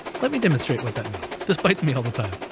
let me demonstrate what that means. this bites me all the time,